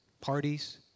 parties